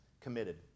committed